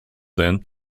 then